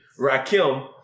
Rakim